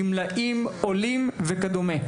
גמלאים וכדומה,